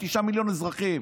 תשעה מיליון אזרחים,